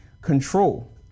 control